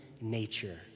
nature